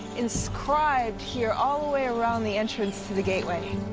inscribed here all the way around the entrance to the gateway.